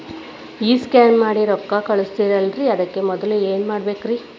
ಈ ಸ್ಕ್ಯಾನ್ ಮಾಡಿ ರೊಕ್ಕ ಕಳಸ್ತಾರಲ್ರಿ ಅದಕ್ಕೆ ಮೊದಲ ಏನ್ ಮಾಡ್ಬೇಕ್ರಿ?